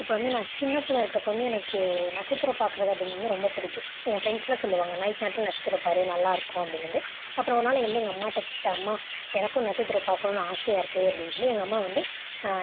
இப்போ வந்து நான் சின்ன பிள்ளையா இருக்கிறப்ப வந்து எனக்கு நட்சத்திரம் பாக்கிறது அப்படிங்கிறது வந்து ரொம்ப பிடிக்கும் என் ஃப்ரெண்ட்ஸ்லாம் சொல்வாங்க நைட் நேரத்தில் நட்சத்திரம் பார் நல்லாயிருக்கும் அப்படின்னு வந்து அப்புறம் ஒரு நாள் இங்கே வந்து எங்கள் அம்மாட்ட கேட்டே அம்மா எனக்கும் நட்சத்திரம் பாக்கணும்னு ஆசையாக இருக்குது அப்படின்னு சொல்லி எங்கள் அம்மா வந்து